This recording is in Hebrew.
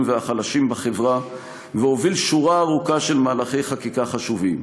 והחלשים בחברה והוביל שורה ארוכה של מהלכי חקיקה חשובים.